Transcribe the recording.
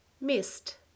missed